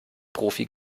profi